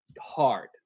hard